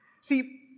See